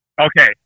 Okay